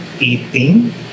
eating